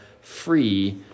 free